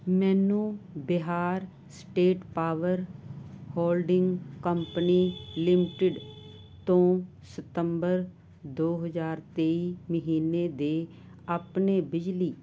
ਮੈਨੂੰ Bihar state power holding company limited ਤੋਂ ਸਤੰਬਰ ਦੋ ਹਜ਼ਾਰ ਤੇਈ ਮਹੀਨੇ ਦੇ ਆਪਣੇ ਬਿਜਲੀ